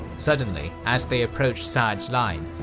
suddenly, as they approached sa'd's line,